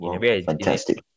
Fantastic